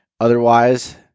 Otherwise